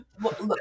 Look